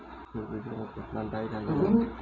एक बिगहा में केतना डाई लागेला?